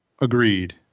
Agreed